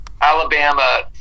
Alabama